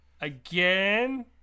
Again